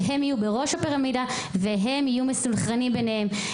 שהם יהיו בראש הפירמידה והם יהיו מסונכרנים ביניהם.